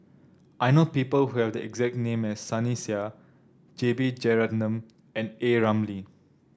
I know people who have the exact name as Sunny Sia J B Jeyaretnam and A Ramli